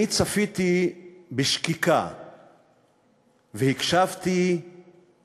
אני צפיתי בשקיקה והקשבתי